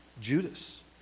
Judas